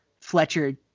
Fletcher